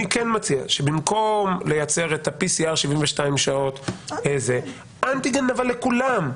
אני מציע שבמקום לייצר את ה-PCR 72 שעות מראש לבצע אנטיגן לכולם,